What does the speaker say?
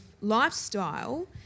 lifestyle